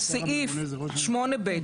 שסעיף 8ב,